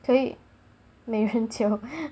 可以没人教